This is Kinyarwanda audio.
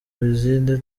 lizinde